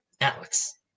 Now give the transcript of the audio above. alex